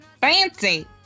Fancy